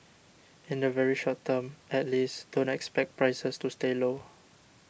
in the very short term at least don't expect prices to stay low